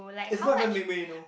it's not even midway you know